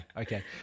okay